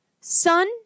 sun